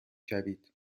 شوید